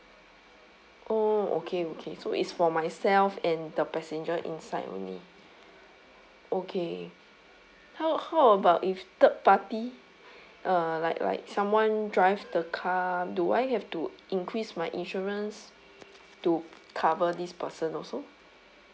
oh okay okay so it's for myself and the passenger inside only okay how how about if third party uh like like someone drive the car do I have to increase my insurance to cover this person also